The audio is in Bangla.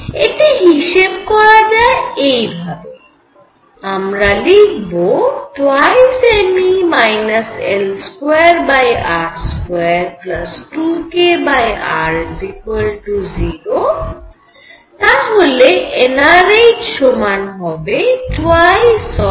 এটি হিসেব করা যায় এই ভাবে আমরা লিখব 2mE L2r22kr 0 তাহলে nrh সমান হবে 2r1r2√2mE L2r22krdr